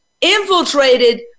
infiltrated